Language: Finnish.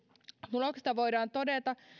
tuloksista voidaan todeta